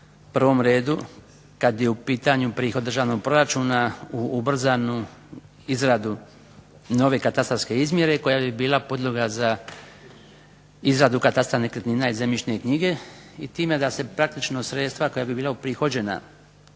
prvom redu kada je u pitanju prihod državnog proračuna u ubrzanu izradu nove katastarske izmjere koja bi bila podloga za izradu katastra nekretnina i zemljišne knjige i time da se praktično sredstva koja bi bila uprihođena